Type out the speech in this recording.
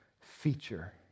feature